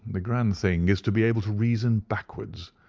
the grand thing is to be able to reason backwards.